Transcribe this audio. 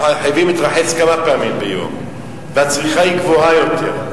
אנחנו חייבים להתרחץ כמה פעמים ביום והצריכה היא גבוהה יותר.